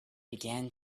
began